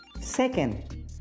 Second